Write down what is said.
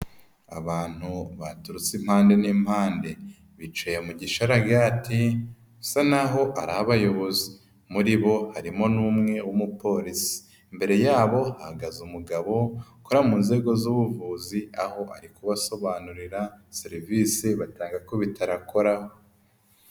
Abantu baturutse impande n'impande, bicaye mu gisharagati bisa naho ari abayobozi, muri bo harimo n'umwe w'umupolisi, imbere yabo hahagaze umugabo, ukora mu nzego z'ubuvuzi aho ari kubasobanurira serivisi batanga ku bitaro akoraho.